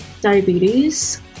diabetes